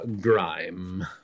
Grime